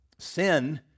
Sin